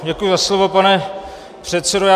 Děkuju za slovo, pane předsedo.